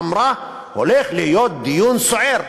אמרה: הולך להיות דיון סוער.